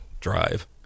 drive